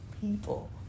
people